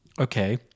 Okay